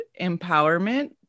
empowerment